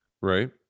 Right